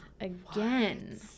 again